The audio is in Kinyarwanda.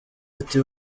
ati